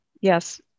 Yes